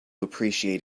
appreciate